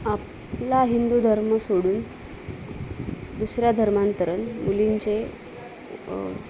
आपला हिंदू धर्म सोडून दुसऱ्या धर्मांतरण मुलींचे